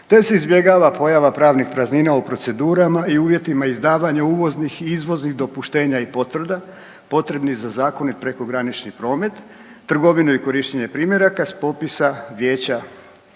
te se izbjegava pojava pravnih praznina o procedurama i uvjetima izdavanja uvoznih i izvoznih dopuštenja i potvrda potrebnih za zakonit prekogranični promet, trgovinu i korištenje primjeraka s popisa Vijeća